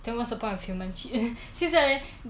then what's the point of humans 现在